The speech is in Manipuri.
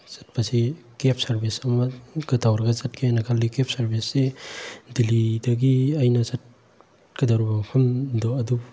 ꯆꯠꯄꯁꯤ ꯀꯦꯕ ꯁꯥꯔꯚꯤꯁ ꯑꯃ ꯇꯧꯔꯒ ꯆꯠꯀꯦꯅ ꯈꯟꯂꯤ ꯀꯦꯕ ꯁꯥꯔꯚꯤꯁꯁꯤ ꯗꯤꯂꯤꯗꯒꯤ ꯑꯩꯅ ꯆꯠꯀꯗꯧꯔꯤꯕ ꯃꯐꯝꯗꯨ ꯑꯗꯨ